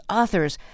authors